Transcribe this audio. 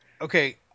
Okay